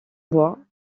bois